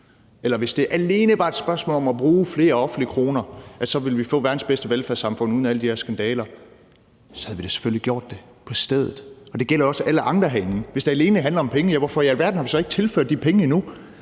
eller hvis det alene var et spørgsmål om at bruge flere offentlige kroner, og så ville vi få verdens bedste velfærdssamfund uden alle de her skandaler, havde vi da selvfølgelig gjort det på stedet. Det gælder også alle andre herinde. Hvis det alene handler om penge, hvorfor i alverden har vi så ikke tilført de penge endnu?